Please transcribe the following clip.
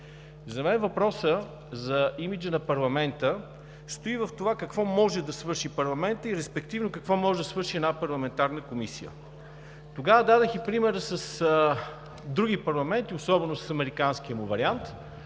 За мен въпросът за имиджа на парламента стои в това какво може да свърши парламентът и, респективно, какво може да свърши една парламентарна комисия. Тогава дадох и пример с други парламенти – особено с американския му вариант,